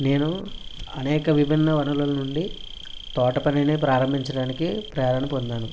నేను అనేక విభిన్న వనరుల నుండి తోటపనిని ప్రారంభించడానికి ప్రేరణ పొందాను